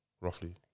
Roughly